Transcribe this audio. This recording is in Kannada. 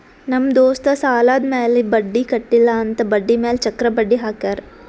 ನಮ್ ದೋಸ್ತ್ ಸಾಲಾದ್ ಮ್ಯಾಲ ಬಡ್ಡಿ ಕಟ್ಟಿಲ್ಲ ಅಂತ್ ಬಡ್ಡಿ ಮ್ಯಾಲ ಚಕ್ರ ಬಡ್ಡಿ ಹಾಕ್ಯಾರ್